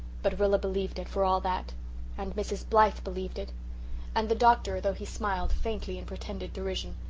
but rilla believed it, for all that and mrs. blythe believed it and the doctor, though he smiled faintly in pretended derision,